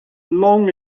long